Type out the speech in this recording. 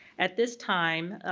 at this time,